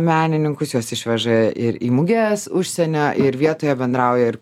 menininkus juos išveža ir į muges užsienio ir vietoje bendrauja ir